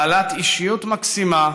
בעלת אישיות מקסימה